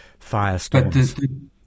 firestorms